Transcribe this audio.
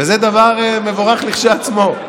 זה דבר מבורך כשלעצמו.